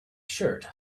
shirt